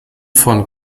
von